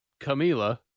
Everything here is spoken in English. Camila